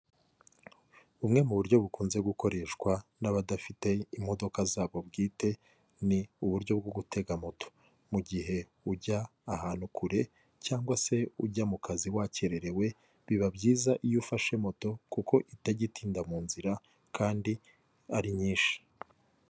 Bumwe mu buryo bukunze gukoreshwa n'abadafite imodoka zabo bwite, ni uburyo bwo gutega moto, mu gihe ujya ahantu kure cyangwa se ujya mu kazi wakererewe biba byiza iyo ufashe moto kuko itajya itinda mu nzira kandi ari nyinshi.